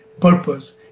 purpose